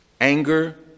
anger